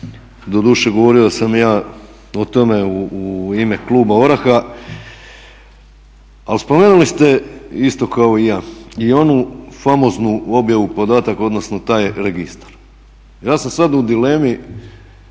Doduše, govorio sam ja o tome u ime kluba ORAH-a. Ali spomenuli ste isto kao i ja i onu famoznu objavu podataka, odnosno taj registar. Ja sam sad u dilemi